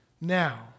Now